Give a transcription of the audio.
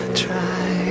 try